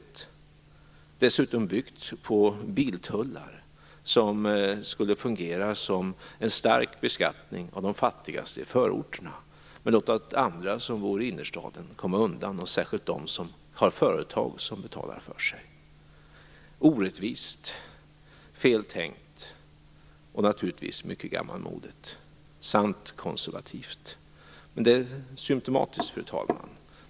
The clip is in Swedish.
Det är dessutom byggt på biltullar som skulle fungera som en stark beskattning av de fattigaste i förorterna men låta andra som bor i innerstaden komma undan, särskilt dem som har företag som betalar för sig. Orättvist, fel tänkt och naturligtvis mycket gammalmodigt - sant konservativt! Men det är symtomatiskt, fru talman.